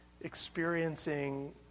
experiencing